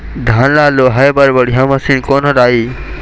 धान ला लुआय बर बढ़िया मशीन कोन हर आइ?